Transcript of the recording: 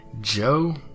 Joe